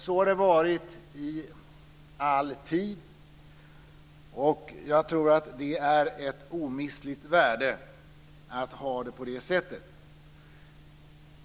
Så har det varit i alla tider, och jag tror att det är ett omistligt värde att ha det på det sättet.